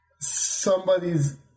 somebody's